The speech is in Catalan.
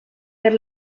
per